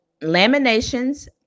Laminations